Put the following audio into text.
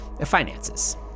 finances